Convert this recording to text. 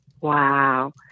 Wow